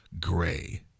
gray